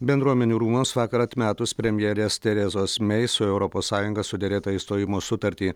bendruomenių rūmams vakar atmetus premjerės terezos mei su europos sąjunga suderėtą išstojimo sutartį